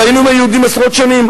חיינו עם הערבים עשרות שנים.